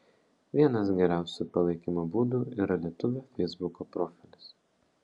vienas geriausių palaikymo būdų yra lietuvio feisbuko profilis